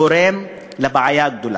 גורמים לבעיה גדולה.